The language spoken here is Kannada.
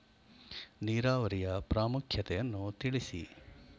ನೀರಾವರಿಯ ಪ್ರಾಮುಖ್ಯತೆ ಯನ್ನು ತಿಳಿಸಿ?